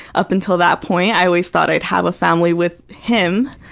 up until that point, i always thought i'd have a family with him,